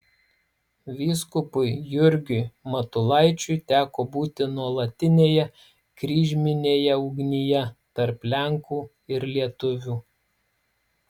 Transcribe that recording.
vyskupui jurgiui matulaičiui teko būti nuolatinėje kryžminėje ugnyje tarp lenkų ir lietuvių